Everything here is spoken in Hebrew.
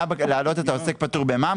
היה להעלות את העוסק פטור במע"מ,